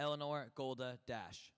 eleanor golda dash